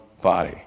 body